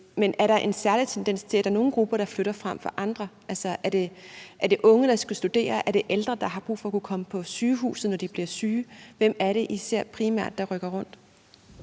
Men er der en særlig tendens til, at der er nogle grupper, der flytter frem for andre? Er det unge, der skal studere, eller er det ældre, der har brug for at kunne komme på sygehuset, når de bliver syge? Hvem er det primært, der rykker rundt?